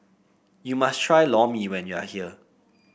you must try Lor Mee when you are here